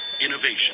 Innovation